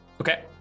Okay